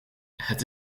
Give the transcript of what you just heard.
het